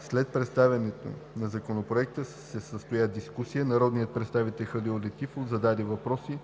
След представянето на Законопроекта се състоя дискусия. Народният представител Халил Летифов зададе въпроси